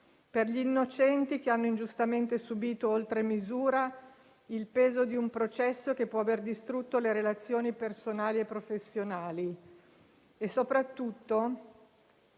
per gli innocenti, che hanno ingiustamente subito oltre misura il peso di un processo che può aver distrutto relazioni personali e professionali; e soprattutto